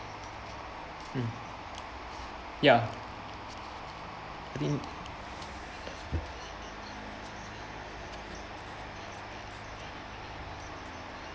mm ya I think